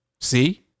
See